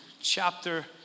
chapter